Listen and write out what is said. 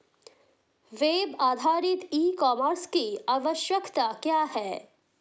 Web आधारित e commerce की आवश्यकता क्या है?